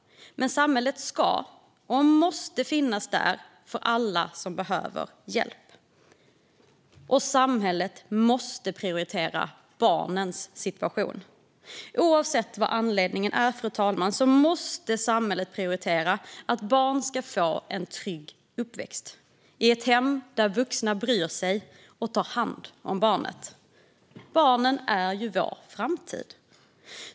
Men samhället ska och måste finnas där för alla som behöver hjälp. Samhället måste också prioritera barnets situation. Oavsett anledning måste samhället prioritera att barn ska få en trygg uppväxt i ett hem där vuxna bryr sig och tar hand om barnet. Barnen är vår framtid.